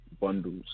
bundles